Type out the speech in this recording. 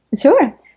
Sure